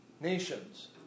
nations